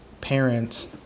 parents